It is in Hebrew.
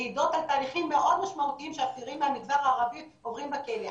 מעידות על תהליכים מאוד משמעותיים שהאסירים מהמגזר הערבים עוברים בכלא.